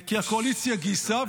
כי הקואליציה גייסה,